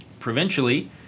Provincially